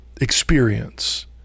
experience